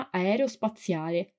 aerospaziale